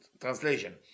translation